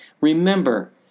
remember